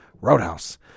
Roadhouse